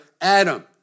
Adam